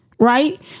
Right